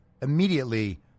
immediately